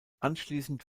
anschließend